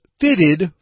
fitted